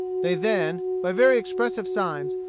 they then, by very expressive signs,